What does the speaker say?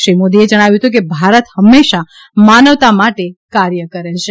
શ્રી મોદીએ જણાવ્યું હતું કે ભારત હંમેશા માનવતા માટે કાર્ય કરે છે